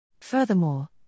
Furthermore